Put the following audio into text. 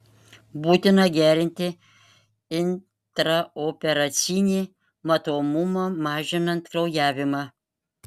būtina gerinti intraoperacinį matomumą mažinant kraujavimą